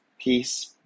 Peace